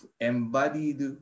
embodied